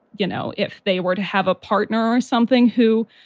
you know, if they were to have a partner or something who,